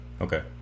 Okay